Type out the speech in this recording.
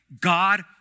God